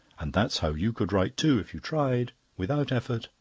and that's how you could write too, if you tried without effort,